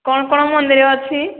କ'ଣ କ'ଣ ମନ୍ଦିର ଅଛି